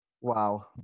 Wow